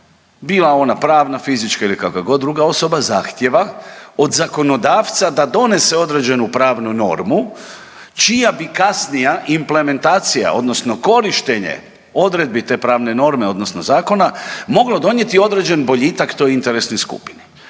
bila ona pravna, fizička ili kakva god druga osoba, zahtjeva od zakonodavca da donese određenu pravnu normu čija bi kasnija implementacija odnosno korištenje odredbi te pravne norme, odnosno zakona, moglo donijeti određeni boljitak toj interesnoj skupini.